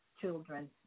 children